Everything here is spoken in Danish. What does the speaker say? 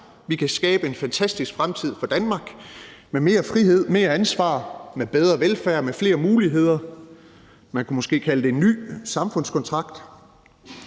Vi kan skabe en fantastisk fremtid for Danmark med mere frihed, mere ansvar, med bedre velfærd og med flere muligheder. Man kunne måske kalde det en ny samfundskontrakt,